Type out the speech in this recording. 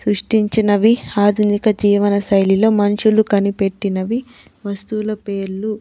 సృష్టించినవి ఆధునిక జీవనశైలిలో మనుషులు కనిపెట్టినవి వస్తువుల పేర్లు